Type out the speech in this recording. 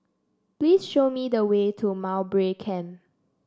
please show me the way to Mowbray Camp